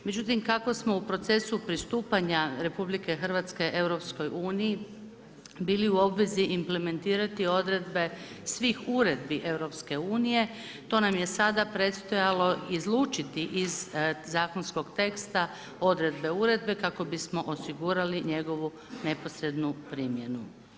Međutim kako smo u procesu pristupanja RH EU-u, bili u obvezi implementirati odredbe svih uredbi EU-a, to nam je sada predstojalo izlučiti iz zakonskog teksta odrede uredbe kako bismo osigurali njegovu neposrednu primjenu.